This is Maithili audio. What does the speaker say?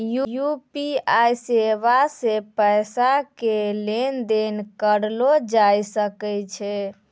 यू.पी.आई सेबा से पैसा के लेन देन करलो जाय सकै छै